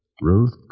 Ruth